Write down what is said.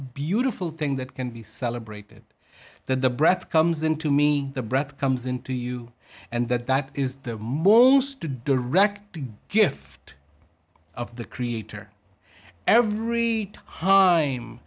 beautiful thing that can be celebrated that the breath comes into me the breath comes into you and that that is their moves to direct the gift of the creator every